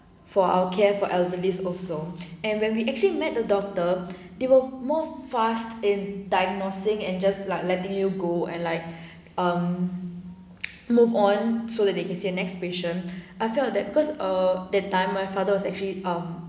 for our care for elderly also and when we actually met the doctor they will move fast in diagnosing and just like letting you go and like um move on so that they can say next patient I felt that because err that time my father was actually um